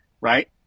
right